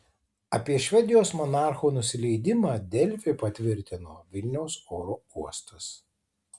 apie švedijos monarchų nusileidimą delfi patvirtino vilniaus oro uostas